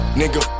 nigga